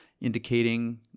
indicating